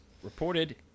Reported